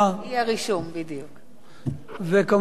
כמובן,